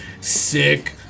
sick